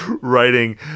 writing